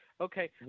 Okay